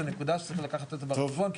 זה נקודה שצריך לקחת אותה בחשבון,